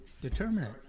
determinate